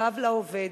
"קו לעובד",